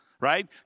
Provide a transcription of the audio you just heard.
right